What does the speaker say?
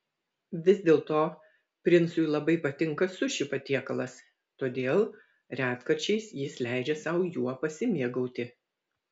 vis dėlto princui labai patinka suši patiekalas todėl retkarčiais jis leidžia sau juo pasimėgauti